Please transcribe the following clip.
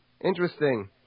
Interesting